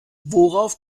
worauf